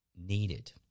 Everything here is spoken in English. needed